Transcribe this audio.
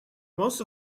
most